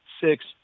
six